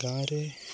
ଗାଁରେ